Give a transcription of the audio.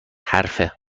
حرفه